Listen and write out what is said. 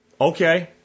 Okay